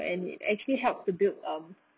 and it actually helps the build um